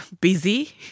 busy